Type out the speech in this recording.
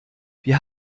wir